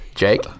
jake